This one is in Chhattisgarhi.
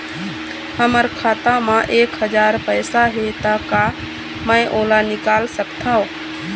हमर खाता मा एक हजार पैसा हे ता का मैं ओला निकाल सकथव?